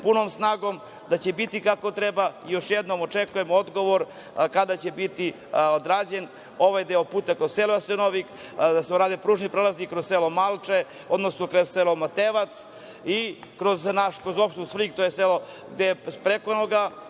punom snagom, da će biti kako treba. Još jednom, očekujem odgovor – kada će biti odrađen ovaj deo puta kroz selo Jasenovik, da se urade pružni prelazi kroz selo Malče, odnosno kroz selo Matejevac i kroz opštinu Svrljig, to je selo Prekonoga,